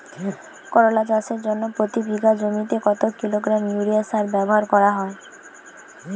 করলা চাষের জন্য প্রতি বিঘা জমিতে কত কিলোগ্রাম ইউরিয়া সার ব্যবহার করা হয়?